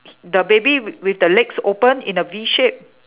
the baby with the legs open in a V shape